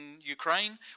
Ukraine